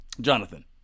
Jonathan